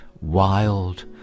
wild